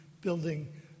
building